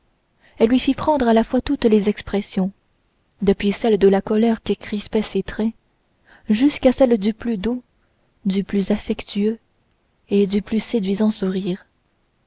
elle lui fit prendre à la fois toutes les expressions depuis celle de la colère qui crispait ses traits jusqu'à celle du plus doux du plus affectueux et du plus séduisant sourire